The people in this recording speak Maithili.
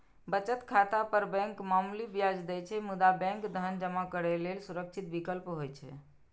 बचत खाता पर बैंक मामूली ब्याज दै छै, मुदा बैंक धन जमा करै लेल सुरक्षित विकल्प होइ छै